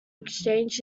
exchange